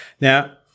Now